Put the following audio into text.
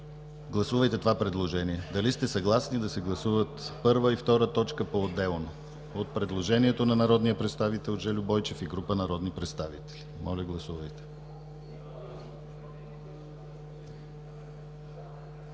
Гласувайте това предложение – дали сте съгласни да се гласуват 1 и 2 точка поотделно по предложение на народния представител Жельо Бойчев и група народни представители? Гласували